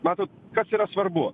matot kas yra svarbu